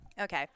okay